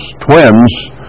twins